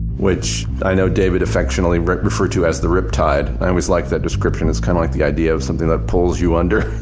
which i know david affectionately referred to as the riptide. i always liked that description, kind of like the idea of something that pulls you under.